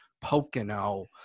Pocono